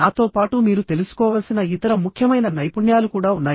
నాతో పాటు మీరు తెలుసుకోవలసిన ఇతర ముఖ్యమైన నైపుణ్యాలు కూడా ఉన్నాయి